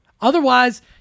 Otherwise